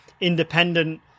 independent